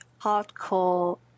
hardcore